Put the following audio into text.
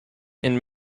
and